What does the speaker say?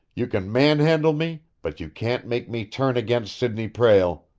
you can manhandle me, but you can't make me turn against sidney prale.